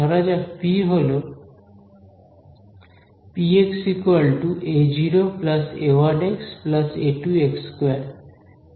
ধরা যাক পি হলো p a0 a1x a2x2